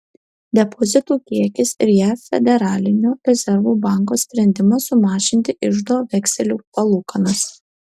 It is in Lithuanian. depozitų kiekis ir jav federalinio rezervų banko sprendimas sumažinti iždo vekselių palūkanas